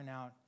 out